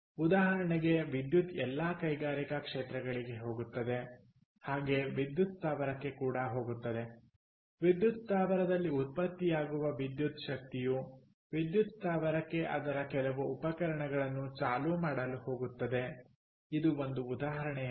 ಉದಾಹರಣೆಗೆ ವಿದ್ಯುತ್ ಎಲ್ಲಾ ಕೈಗಾರಿಕಾ ಕ್ಷೇತ್ರಗಳಿಗೆ ಹೋಗುತ್ತದೆ ಹಾಗೆ ವಿದ್ಯುತ್ ಸ್ಥಾವರಕ್ಕೆ ಕೂಡ ಹೋಗುತ್ತದೆ ವಿದ್ಯುತ್ ಸ್ಥಾವರದಲ್ಲಿ ಉತ್ಪತ್ತಿಯಾಗುವ ವಿದ್ಯುತ್ ಶಕ್ತಿಯು ವಿದ್ಯುತ್ ಸ್ಥಾವರಕ್ಕೆ ಅದರ ಕೆಲವು ಉಪಕರಣಗಳನ್ನು ಚಾಲೂ ಮಾಡಲು ಹೋಗುತ್ತದೆ ಇದು ಒಂದು ಉದಾಹರಣೆಯಾಗಿದೆ